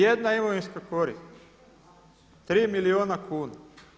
Jedna imovinska korist, 3 milijuna kuna.